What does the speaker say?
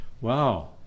wow